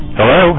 Hello